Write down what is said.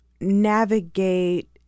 Navigate